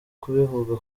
kubivuga